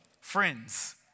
friends